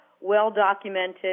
well-documented